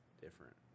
different